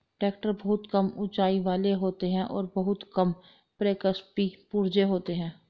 tractor बहुत कम ऊँचाई वाले होते हैं और बहुत कम प्रक्षेपी पुर्जे होते हैं